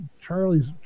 Charlie's